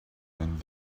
and